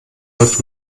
läuft